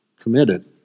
committed